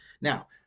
now